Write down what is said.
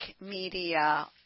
media